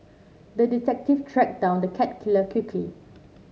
the detective tracked down the cat killer quickly